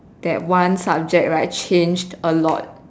that one subject right changed a lot